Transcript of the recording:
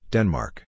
Denmark